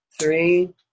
three